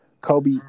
Kobe